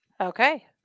Okay